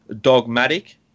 dogmatic